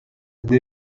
they